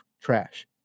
trash